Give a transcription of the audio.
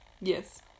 yes